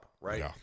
right